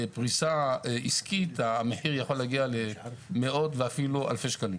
בפריסה עסקית המחיר יכול להגיע למאות ואפילו אלפי שקלים,